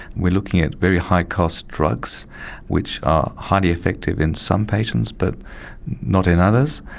we are looking at very high-cost drugs which are highly effective in some patients but not in others,